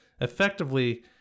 effectively